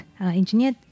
Engineer